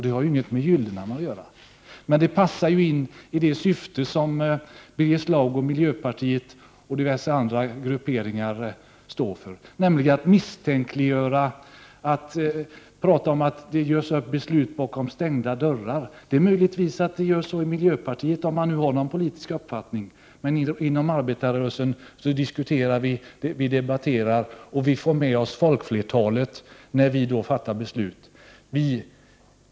Det har inget med Gyllenhammar att göra. Men dessa påståenden passar in i det syfte som Birger Schlaug och miljöpartiet liksom diverse andra grupper står för, nämligen att misstänkliggöra och att prata om att beslut fattas bakom stängda dörrar. Möjligtvis gör man så i miljöpartiet, om man nu har någon politisk uppfattning. Men inom arbetarrörelsen diskuterar vi, debatterar och får med oss folkflertalet när vi fattar beslut.